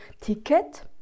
ticket